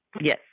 yes